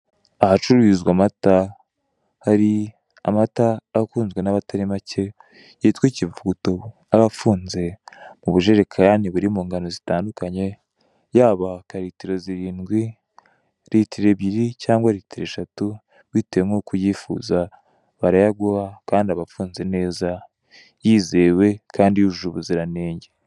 Ahacururizwa amata, hari amata akunzwe n'abatari bake, yitwa ikivuguto. Aba afunze mu bujerekani buri mu ngano zitandukanye, yaba aka litiro zirindwi, litiro ebyiri, cyangwa litiro eshatu, bitewe nk'uko uyifuza, barayaguha, kandi aba afunze neza, yizewe kandi yujuje ubuziranenge.